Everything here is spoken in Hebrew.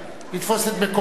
לתפוס את מקומם,